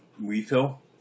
refill